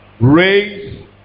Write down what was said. Raise